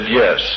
yes